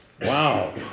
Wow